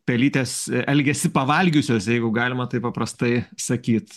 pelytės elgiasi pavalgiusios jeigu galima taip paprastai sakyt